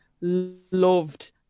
loved